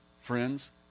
friends